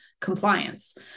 compliance